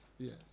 Yes